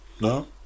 No